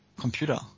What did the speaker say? computer